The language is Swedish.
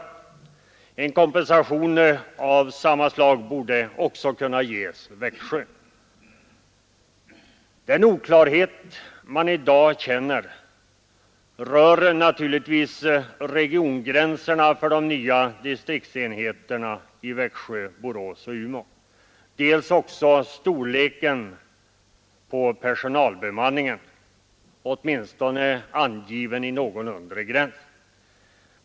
En kompensation av samma slag borde också kunna ges Växjö. Den oklarhet som i dag råder gäller dels regiongränserna för de nya distriktsenheterna i Växjö, Borås och Umeå, dels personalbemanningen, åtminstone angiven i någon undre gräns.